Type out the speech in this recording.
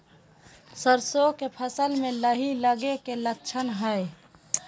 सरसों के फसल में लाही लगे कि लक्षण हय?